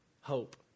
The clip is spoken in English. hope